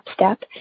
step